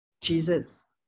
Jesus